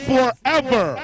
Forever